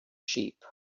sheep